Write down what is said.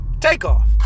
Takeoff